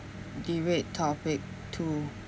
debate topic two